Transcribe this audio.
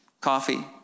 coffee